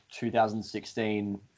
2016